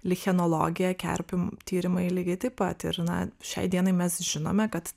lichenologija kerpių tyrimai lygiai taip pat ir na šiai dienai mes žinome kad